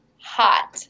hot